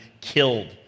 killed